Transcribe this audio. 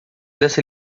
dessa